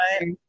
right